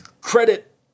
credit